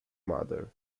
mother